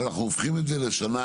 אבל אנחנו הופכים את זה לשנה,